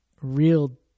real